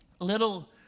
little